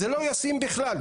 זה לא ישים בכלל,